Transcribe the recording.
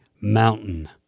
mountain